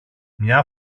μια